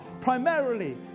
primarily